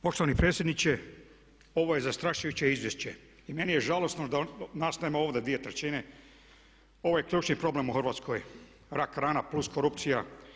Poštovani predsjedniče, ovo je zastrašujuće izvješće i meni je žalosno da nas nema ovdje dvije trećine, ovo je ključni problem u Hrvatskoj rak rana plus korupcija.